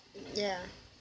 ya